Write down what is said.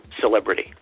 celebrity